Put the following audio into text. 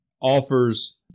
offers